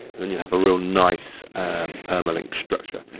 then you have a really nice permalink structure.